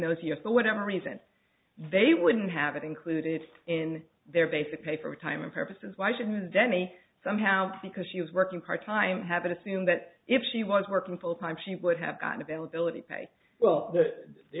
those years for whatever reason they wouldn't have included in their basic pay for retirement purposes why shouldn't jenny somehow because she was working part time habit assume that if she was working full time she would have gotten availability pay well the